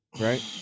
right